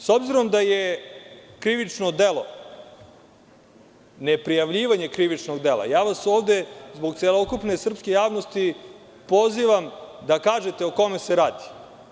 S obzirom da je krivično delo neprijavljivanje krivičnog dela, ja vas ovde zbog celokupne srpske javnosti pozivam da kažete o kome se radi.